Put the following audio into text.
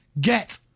Get